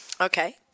Okay